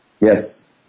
Yes